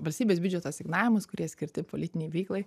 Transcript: valstybės biudžeto asignavimus kurie skirti politinei veiklai